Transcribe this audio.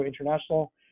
international